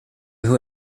who